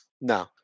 No